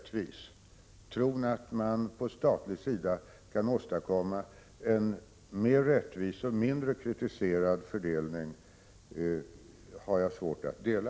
Tron att man på den statliga sidan kan åstadkomma en mera rättvis och mindre kritiserad fördelning har jag svårt att dela.